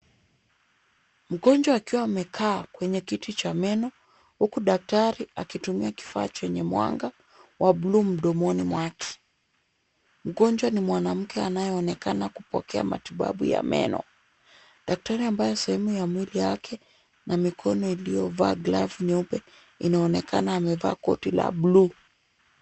Mgonjwa akiwa amekaa kwenye kiti cha meno, huku daktari akitumia kifaa chenye mwanga wa buluu mdomoni mwake. Mgonjwa ni mwanamke anayeonekana kupokea matibabu ya meno. Daktari ambaye sehemu ya mwili wake na mikono iliyovaa glavu nyeupe, inaonekana amevaa koti la buluu.